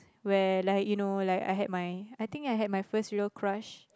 where like you know like I had my I think I had my first real crush